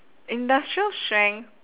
industrial strength